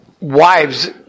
wives